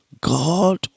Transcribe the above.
God